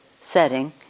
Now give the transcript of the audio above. setting